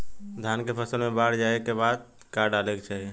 धान के फ़सल मे बाढ़ जाऐं के बाद का डाले के चाही?